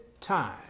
time